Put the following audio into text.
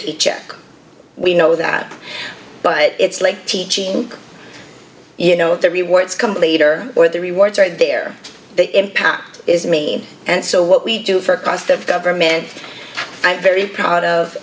ph check we know that but it's like teaching you know if the rewards complete or or the rewards are there the impact is me and so what we do for cost of government i'm very proud of